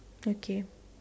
okay